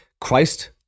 Christ